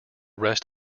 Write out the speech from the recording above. rest